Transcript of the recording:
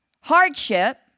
hardship